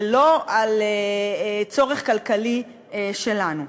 ולא על צורך כלכלי שלנו.